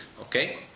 okay